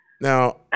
Now